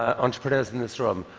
ah entrepreneurs in this room.